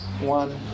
one